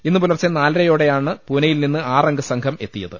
ഇന്നു പുലർച്ചെ നാലരയോടെയാണ് പൂനെയിൽ നിന്ന് ആറംഗ സംഘം എത്തിയത്